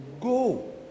go